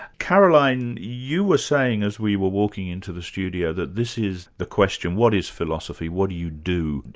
caroline, you were saying as we were walking into the studio that this is the question what is philosophy, what do you do,